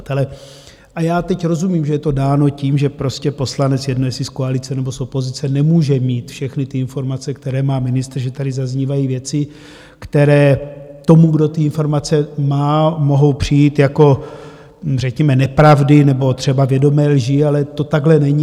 Ale, a já teď rozumím, že je to dáno tím, že prostě poslanec, jedno, jestli z koalice, nebo z opozice, nemůže mít všechny ty informace, které má ministr, že tady zaznívají věci, které tomu, kdo ty informace má, mohou přijít jako řekněme nepravdy nebo třeba vědomé lži, ale to takhle není.